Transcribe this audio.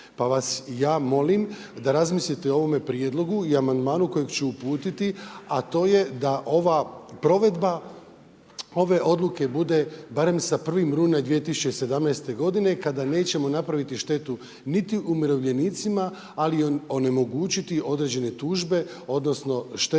Pa vas ja molim da razmislite o ovome prijedlogu i amandmanu kojeg ću uputiti, a to je da ova provedba ove odluke budem barem sa 1. rujna 2017. godine kada nećemo napraviti štetu niti umirovljenici, ali onemogućiti određene tužbe odnosno štete